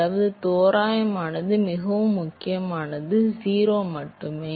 அதாவது தோராயமானது மிக முக்கியமானது தோராயமாக 0 மட்டுமே